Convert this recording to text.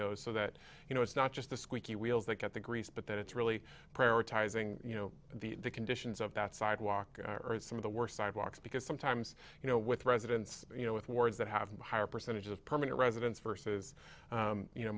those so that you know it's not just the squeaky wheels that get the grease but that it's really prioritizing you know the conditions of that sidewalk are some of the worst sidewalks because sometimes you know with residents you know with words that have a higher percentage of permanent residents versus you know